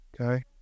Okay